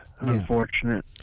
Unfortunate